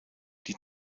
die